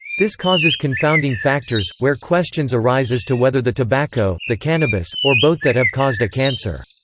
this causes confounding factors, where questions arise as to whether the tobacco, the cannabis, or both that have caused a cancer.